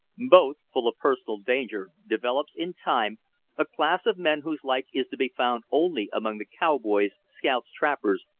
both full of personal danger, develops in time a class of men whose like is to be found only among the cowboys, scouts, trappers,